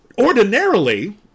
Ordinarily